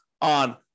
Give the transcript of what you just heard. on